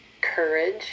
courage